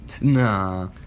Nah